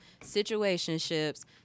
situationships